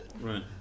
Right